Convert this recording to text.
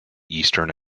eastern